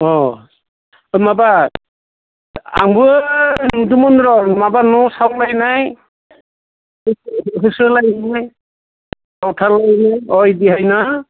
अह दा माबा आंबो नुदोंमोन र' माबा न सावलायनाय होसोलायनाय गावथारलायनाय अह बिदिहाय ना